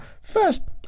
First